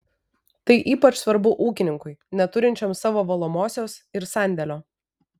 tai ypač svarbu ūkininkui neturinčiam savo valomosios ir sandėlio